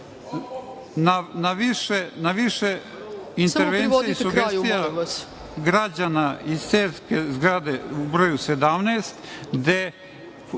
na više intervencija i sugestija građana iz Cerske zgrade u broju 17, gde